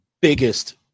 biggest